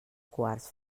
quarts